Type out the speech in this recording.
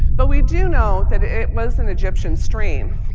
but we do know that it was an egyptian stream.